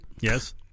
Yes